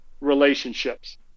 relationships